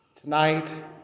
Tonight